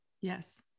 Yes